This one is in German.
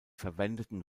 verwendeten